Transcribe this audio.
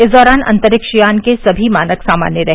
इस दौरान अंतरिक्ष यान के सभी मानक सामान्य रहे